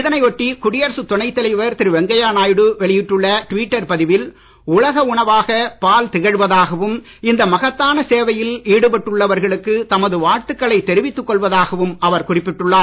இதையொட்டி குடியரசு துணைத் தலைவர் திரு வெங்கையா நாயுடு வெளியிட்டுள்ள டிவிட்டர் பதிவில் உலக உணவாக பால் திகழ்வதாகவும் இந்த மகத்தான சேவையில் ஈடுபட்டுள்ளவர்களுக்கு தமது வாழ்த்துகளை தெரிவித்துக் கொள்வதாகவும் அவர் குறிப்பிட்டுள்ளார்